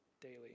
daily